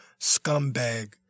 scumbag